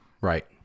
right